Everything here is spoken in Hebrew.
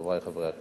חברי חברי הכנסת,